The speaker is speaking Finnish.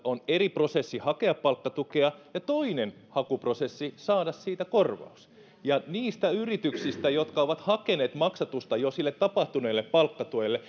on eri prosessi hakea palkkatukea ja toinen hakuprosessi saada siitä korvaus ja niistä yrityksistä jotka ovat hakeneet maksatusta jo sille tapahtuneelle palkkatuelle